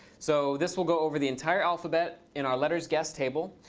so this will go over the entire alphabet in our lettersguessed table,